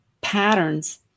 patterns